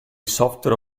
software